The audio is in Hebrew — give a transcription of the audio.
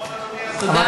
נכון, אדוני השר?